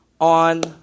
on